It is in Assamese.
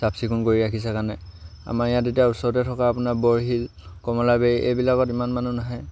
চাফ চিকুণ কৰি ৰাখিছে কাৰণে আমাৰ ইয়াত এতিয়া ওচৰতে থকা আপোনাৰ বৰশীল কমলাবাৰী এইবিলাকত ইমান মানুহ নাহে